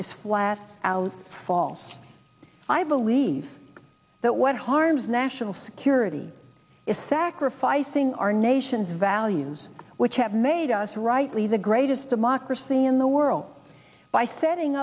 is flat out false i believe that what harms national security is sacrificing our nation's values which have made us rightly the greatest democracy in the world by setting